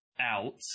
Out